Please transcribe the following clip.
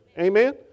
Amen